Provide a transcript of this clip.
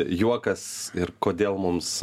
juokas ir kodėl mums